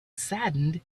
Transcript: saddened